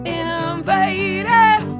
invaded